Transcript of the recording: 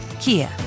Kia